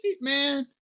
Man